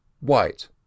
white